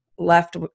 left